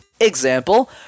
Example